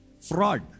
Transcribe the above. Fraud